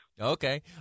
Okay